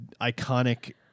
iconic